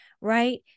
right